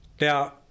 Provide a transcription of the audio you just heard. Now